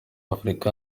afrika